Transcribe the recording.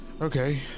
okay